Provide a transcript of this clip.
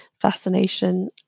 fascination